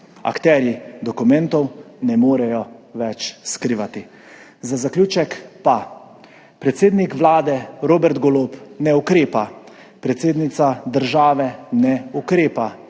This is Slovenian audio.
Akterji dokumentov ne morejo več skrivati. Za zaključek pa – predsednik Vlade Robert Golob ne ukrepa, predsednica države ne ukrepa,